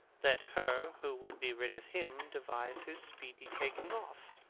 let her who would be rid of him devise his speedy taking off.